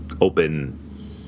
open